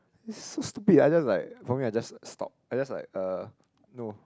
it's so stupid either like for me I just stop I just like uh no